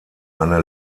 eine